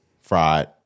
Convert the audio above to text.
Fried